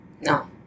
No